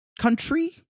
country